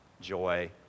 joy